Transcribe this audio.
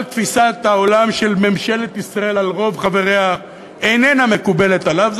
כל תפיסת העולם של ממשלת ישראל על רוב חבריה איננה מקובלת עליו.